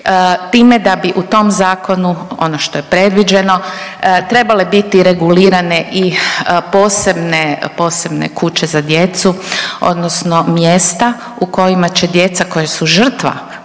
time da bi u tom zakonu ono što je previđeno trebale biti regulirane i posebne kuće za djecu odnosno mjesta u kojima će djeca koja su žrtva